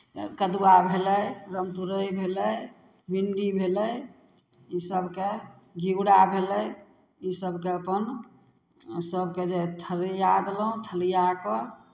कदुआ भेलै राम तरोइ भेलै भिंडी भेलै इसभके घिउरा भेलै इसभके अपन सभके जे थलिआ देलहुँ थलिआ कऽ